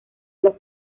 los